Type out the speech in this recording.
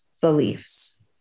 beliefs